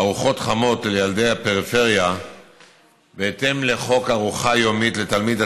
ארוחות חמות לילדי הפריפריה בהתאם לחוק ארוחה יומית לתלמיד,